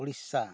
Odisha